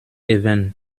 even